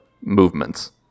movements